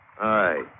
Aye